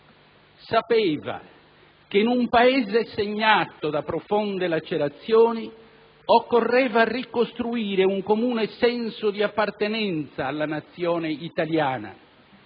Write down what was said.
Sapeva che in un Paese segnato da profonde lacerazioni, occorreva ricostruire un comune senso di appartenenza alla nazione italiana,